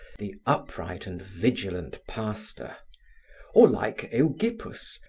the upright and vigilant pastor or like eugippus,